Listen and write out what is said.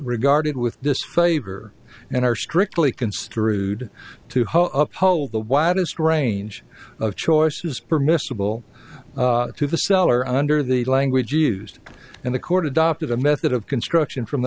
regarded with disfavor and are strictly construed to uphold the widest range of choices permissible to the seller under the language used in the court adopted a method of construction from